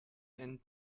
and